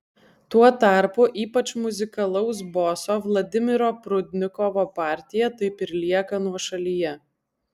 tuo tarpu ypač muzikalaus boso vladimiro prudnikovo partija taip ir lieka nuošalyje